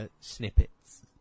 snippets